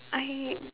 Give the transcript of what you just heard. I